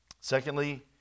Secondly